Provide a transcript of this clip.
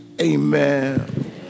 Amen